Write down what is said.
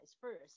first